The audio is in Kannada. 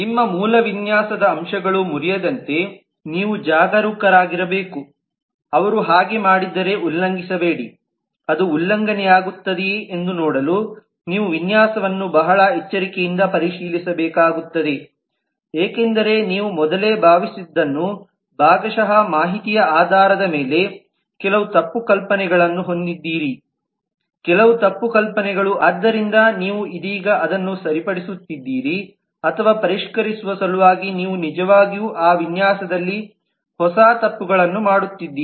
ನಿಮ್ಮ ಮೂಲ ವಿನ್ಯಾಸದ ಅಂಶಗಳು ಮುರಿಯದಂತೆ ನೀವು ಜಾಗರೂಕರಾಗಿರಬೇಕುಅವರು ಹಾಗೆ ಮಾಡಿದರೆ ಉಲ್ಲಂಘಿಸಬೇಡಿ ಅದು ಉಲ್ಲಂಘನೆಯಾಗುತ್ತದೆಯೇ ಎಂದು ನೋಡಲು ನೀವು ವಿನ್ಯಾಸವನ್ನು ಬಹಳ ಎಚ್ಚರಿಕೆಯಿಂದ ಪರಿಶೀಲಿಸಬೇಕಾಗುತ್ತದೆ ಏಕೆಂದರೆ ನೀವು ಮೊದಲೇ ಭಾವಿಸಿದ್ದನ್ನು ಭಾಗಶಃ ಮಾಹಿತಿಯ ಆಧಾರದ ಮೇಲೆ ಕೆಲವು ತಪ್ಪು ಕಲ್ಪನೆಗಳನ್ನು ಹೊಂದಿದ್ದೀರಿಕೆಲವು ತಪ್ಪು ಕಲ್ಪನೆಗಳು ಆದ್ದರಿಂದ ನೀವು ಇದೀಗ ಅದನ್ನು ಸರಿಪಡಿಸುತ್ತಿದ್ದೀರಿ ಅಥವಾ ಪರಿಷ್ಕರಿಸುವ ಸಲುವಾಗಿ ನೀವು ನಿಜವಾಗಿಯೂ ಆ ವಿನ್ಯಾಸದಲ್ಲಿ ಹೊಸ ತಪ್ಪುಗಳನ್ನು ಮಾಡುತ್ತಿದ್ದೀರಿ